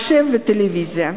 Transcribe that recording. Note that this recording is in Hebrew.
מחשב וטלוויזיה,